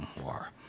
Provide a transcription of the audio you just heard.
more